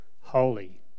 holy